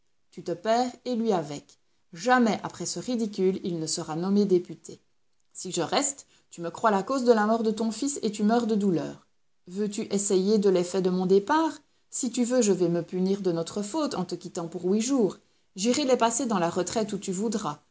tu te perds et lui avec jamais après ce ridicule il ne sera nommé député si je reste tu me crois la cause de la mort de ton fils et tu meurs de douleur veux-tu essayer de l'effet de mon départ si tu veux je vais me punir de notre faute en te quittant pour huit jours j'irai les passer dans la retraite où tu voudras